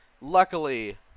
Luckily